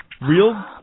Real